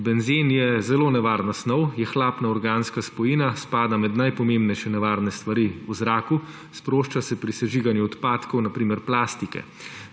Benzen je zelo nevarna snov, je hlapna organska spojina, spada med najpomembnejše nevarne stvari v zraku, sprošča se pri sežiganju odpadkov, na primer plastike.